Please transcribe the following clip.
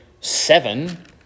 seven